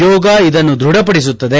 ಯೋಗ ಇದನ್ನು ದೃಢಪಡಿಸುತ್ತದೆ